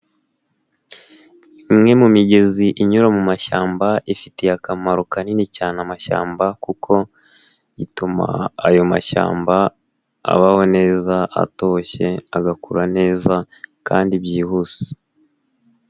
Imwe mu migezi inyura mu mashyamba, ifitiye akamaro kanini cyane amashyamba kuko ituma ayo mashyamba abaho neza, atoshye, agakura neza kandi byihuse.